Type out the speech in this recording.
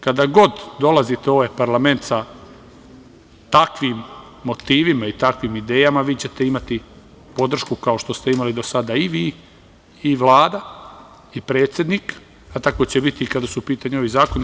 Kada god dolazite u ovaj parlament sa takvim motivima i takvim idejama vi ćete imati podršku kao što ste imali do sada, i vi i Vlada, i predsednik, a tako će biti kada su u pitanju ovi zakoni.